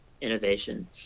innovation